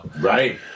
Right